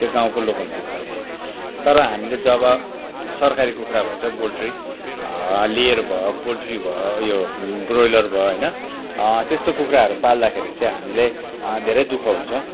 त्यो गाउँको लोकल कुखुराले तर हामीले जब सरकारी कुखुरा भन्छ पोल्ट्री लिएर भयो पोल्ट्री भयो यो ब्रोइलर भयो होइन त्यस्तो कुखुराहरू पाल्दाखेरि चाहिँ हामीले धेरै दु ख हुन्छ